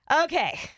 Okay